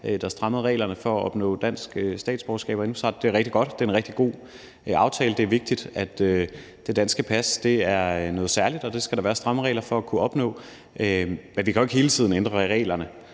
der strammede reglerne for at opnå dansk statsborgerskab. Det er rigtig godt; det er en rigtig god aftale. Det er vigtigt, at det danske pas er noget særligt, og der skal være stramme regler for at kunne opnå det, men vi kan jo ikke hele tiden ændre reglerne